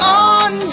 on